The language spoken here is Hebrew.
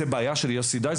זאת בעיה של יוסי דייטש?